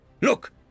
Look